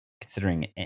considering